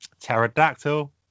Pterodactyl